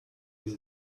you